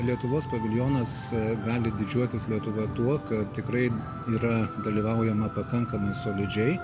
lietuvos paviljonas gali didžiuotis lietuva tuo kad tikrai yra dalyvaujama pakankamai solidžiai